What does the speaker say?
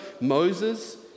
Moses